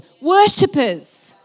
worshippers